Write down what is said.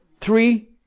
Three